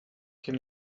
can